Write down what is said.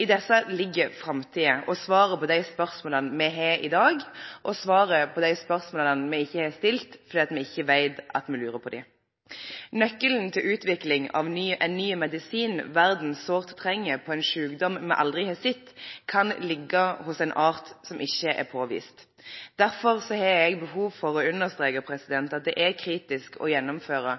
I disse ligger framtiden og svaret på de spørsmålene vi har i dag, og svaret på de spørsmålene vi ikke har stilt fordi vi ikke vet hva vi lurer på. Nøkkelen til utvikling av ny medisin verden sårt trenger for en sykdom vi aldri har sett, kan ligge hos en art som ikke er påvist. Derfor har jeg behov for å understreke at det er kritikkverdig å gjennomføre